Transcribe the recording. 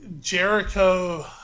Jericho